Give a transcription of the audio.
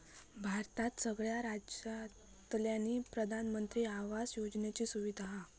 भारतात सगळ्या राज्यांतल्यानी प्रधानमंत्री आवास योजनेची सुविधा हा